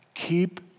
Keep